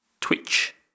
Twitch